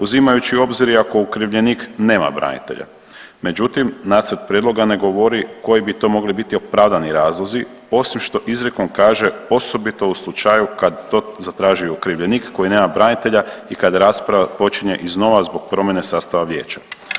Uzimajući u obzir i ako okrivljenik nema branitelja, međutim nacrt prijedloga ne govori koji bi to mogli biti opravdani razlozi osim što izrijekom kaže osobito u slučaju kad to zatraži okrivljenik koji nema branitelja i kad rasprava počinje iznova zbog promjene sastava vijeća.